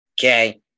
Okay